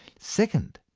second,